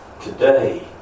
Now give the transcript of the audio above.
today